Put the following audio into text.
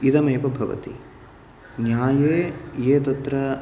इदमेव भवति न्याये ये तत्र